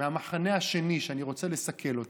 מהמחנה השני שאני רוצה לסכל אותו,